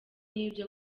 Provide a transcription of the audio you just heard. n’ibyo